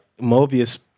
Mobius